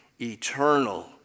eternal